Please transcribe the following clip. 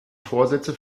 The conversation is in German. vorsätze